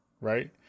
right